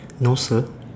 no sir